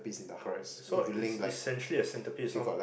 correct so it's essentially a centerpiece lor